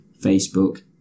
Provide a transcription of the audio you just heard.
Facebook